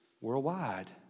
worldwide